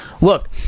Look